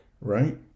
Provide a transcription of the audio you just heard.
right